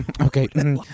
Okay